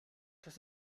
das